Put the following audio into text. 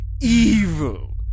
Evil